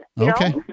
Okay